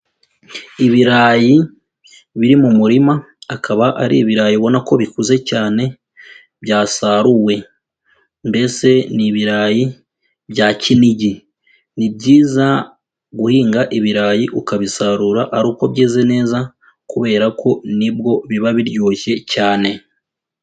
Ibirayi biri mu murima akaba ari ibirayi ubona ko bikuze cyane byasaruwe, mbese ni ibirayi bya kinigi. Ni byiza guhinga ibirayi ukabisarura ari uko byeze neza kubera ko nibwo biba biryoshye cyane.